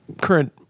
current